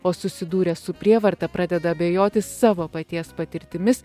o susidūręs su prievarta pradeda abejoti savo paties patirtimis